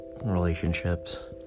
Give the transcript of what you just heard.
relationships